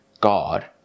God